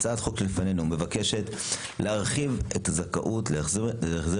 הצעת החוק שלפנינו מבקשת להרחיב את הזכאות להחזר